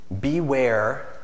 Beware